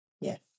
yes